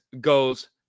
goes